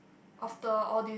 after all this